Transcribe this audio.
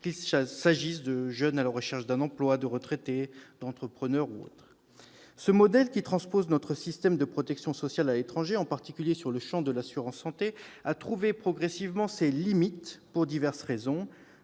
qu'il s'agisse de jeunes à la recherche d'un emploi, de retraités, d'entrepreneurs ou autres. Ce modèle, qui transpose notre système de protection sociale à l'étranger, en particulier dans le champ de l'assurance santé, a trouvé progressivement ses limites pour diverses raisons